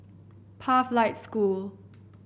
Pathlight School